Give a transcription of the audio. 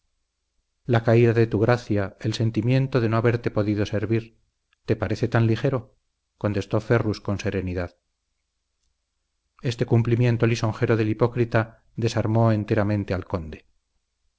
la caída de tu gracia el sentimiento de no haberte podido servir te parece tan ligero contestó ferrus con serenidad este cumplimiento lisonjero del hipócrita desarmó enteramente al conde